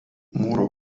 mūro